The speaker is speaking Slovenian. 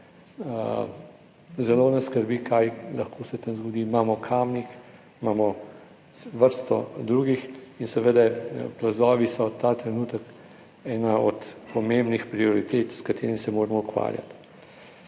Zelo nas skrbi, kaj lahko se tam zgodi. Imamo Kamnik, imamo vrsto drugih in seveda plazovi so ta trenutek ena od pomembnih prioritet s katerim se moramo ukvarjati